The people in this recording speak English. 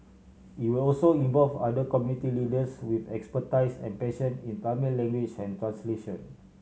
it will also involve other community leaders with expertise and passion in Tamil language and translation